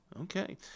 Okay